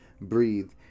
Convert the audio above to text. Breathe